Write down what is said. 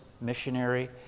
missionary